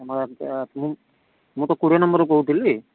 ମୁଁ ତ କୋଡ଼ିଏ ନମ୍ବର୍ରୁ କହୁଥିଲି